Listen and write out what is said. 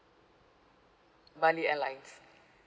bali airlines